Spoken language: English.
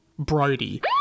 Brody